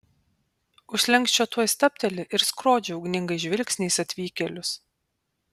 už slenksčio tuoj stabteli ir skrodžia ugningais žvilgsniais atvykėlius